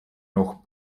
noch